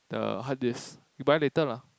the hard disk you buy later lah